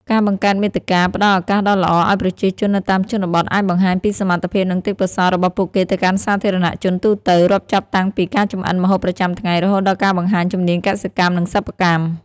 ការបង្កើតមាតិកាផ្តល់ឱកាសដ៏ល្អឲ្យប្រជាជននៅតាមជនបទអាចបង្ហាញពីសមត្ថភាព និងទេពកោសល្យ របស់ពួកគេទៅកាន់សាធារណជនទូទៅ រាប់ចាប់តាំងពីការចម្អិនម្ហូបប្រចាំថ្ងៃ រហូតដល់ការបង្ហាញជំនាញកសិកម្ម និងសិប្បកម្ម។